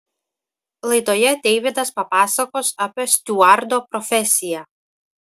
laidoje deividas papasakos apie stiuardo profesiją